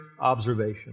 observation